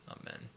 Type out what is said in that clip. Amen